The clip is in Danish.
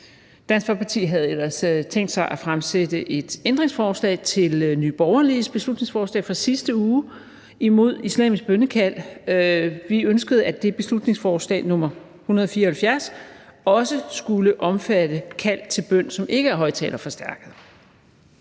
Dansk Folkeparti havde ellers tænkt sig at fremsætte et ændringsforslag til Nye Borgerliges beslutningsforslag fra sidste uge imod islamisk bønnekald. Vi ønskede, at det beslutningsforslag, nr. 174, også skulle omfatte kald til bøn, som ikke er højtalerforstærket.